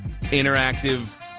interactive